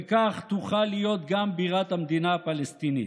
וכך תוכל להיות גם בירת המדינה הפלסטינית.